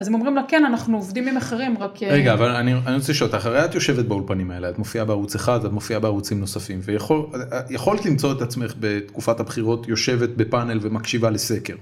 אז הם אומרים לה, כן, אנחנו עובדים עם אחרים, רק... רגע, אבל אני רוצה לשאול אותך, הרי את יושבת באולפנים האלה, את מופיעה בערוץ אחד, את מופיעה בערוץ עם נוספים, ויכולת למצוא את עצמך בתקופת הבחירות יושבת בפאנל ומקשיבה לסקר.